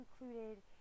included